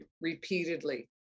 repeatedly